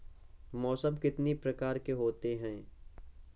मौसम कितनी प्रकार के होते हैं?